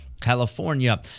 California